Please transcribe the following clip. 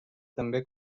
també